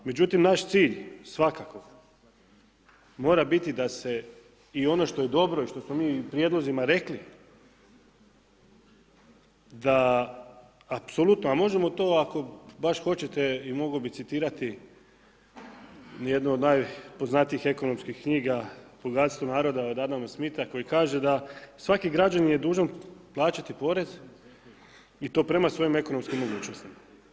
Međutim, naš cilj svakako mora biti da se i ono što je dobro i što smo mi i prijedlozima rekli da apsolutno, a možemo to ako baš hoćete i mogao bi citirati jednu od najpoznatijih ekonomskih knjiga, Bogatstvo naroda od Adama Smitha koji kaže da svaki građanin je dužan plaćati porez i to prema svojim ekonomskim mogućnostima.